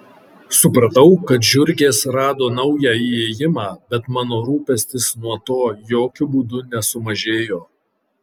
supratau kad žiurkės rado naują įėjimą bet mano rūpestis nuo to jokiu būdu nesumažėjo